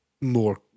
more